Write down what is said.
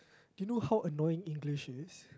do you know annoying English is